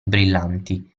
brillanti